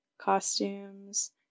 Costumes